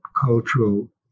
cultural